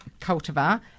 cultivar